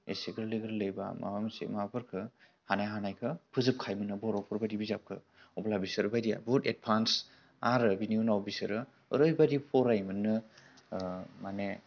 एसे गोरलै गोरलैबा माबा मोनसे माबाफोरखौ हानाय हानायखौ फोजोबखायोमोननो बर'फोर बायदि बिजाबफोरखौ अब्ला बिसोरबायदिया बुहुत एडभान्स आरो बिनि उनाव बिसोरो ओरैबायदि फरायोमोननो माने